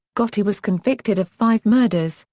gotti was convicted of five murders,